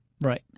right